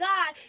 God